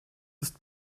ist